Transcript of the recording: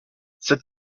cette